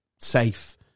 safe